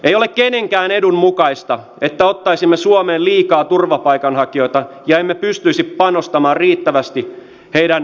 ei ole kenenkään edun mukaista että ottaisimme suomeen liikaa turvapaikanhakijoita ja emme pystyisi panostamaan riittävästi heidän kotoutumiseensa